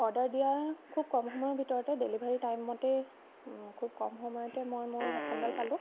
order দিয়াৰ খুব কম সময়ৰ ভিতৰতে ডেলিভাৰী টাইমতেই খুব কম সময়তেই মই মোৰ হেডফোনডাল পালোঁ